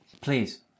Please